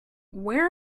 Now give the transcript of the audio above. where